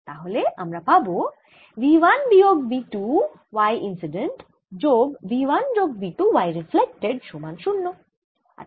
তাহলে আমরা পাবো v 1 বিয়োগ v 2 y ইন্সিডেন্ট যোগ v 1 যোগ v 2 y রিফ্লেক্টেড সমান 0